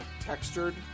textured